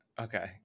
Okay